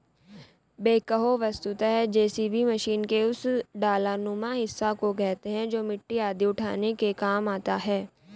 backhoe वस्तुतः JCB machine के उस डालानुमा हिस्सा को कहते हैं जो मिट्टी आदि उठाने के काम आता है